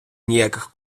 ніяких